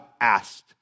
asked